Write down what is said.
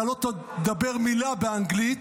אתה לא תדבר מילה באנגלית,